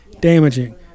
damaging